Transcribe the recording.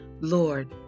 Lord